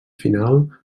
final